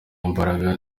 mbaraga